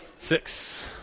Six